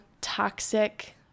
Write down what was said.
toxic